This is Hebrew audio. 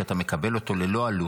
שאתה מקבל אותו ללא עלות,